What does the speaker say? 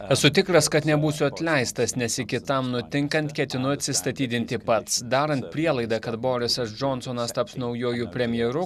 esu tikras kad nebūsiu atleistas nes iki tam nutinkant ketinu atsistatydinti pats darant prielaidą kad borisas džonsonas taps naujuoju premjeru